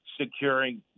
securing